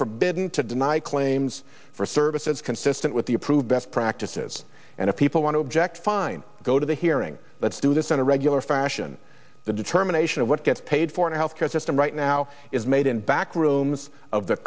forbidden to deny claims for services consistent with the approved best practices and if people want to object fine go to the hearing let's do this on a regular fashion the determination of what gets paid for and health care system right now is made in back rooms of the